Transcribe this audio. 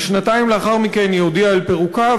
ושנתיים לאחר מכן היא הודיעה על פירוקה,